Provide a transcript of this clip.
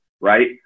right